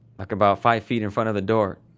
like about five feet in front of the door,